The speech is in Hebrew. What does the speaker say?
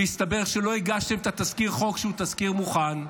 והסתבר שלא הגשתם את תזכיר החוק, שהוא תזכיר מוכן,